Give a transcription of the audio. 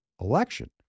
election